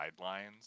guidelines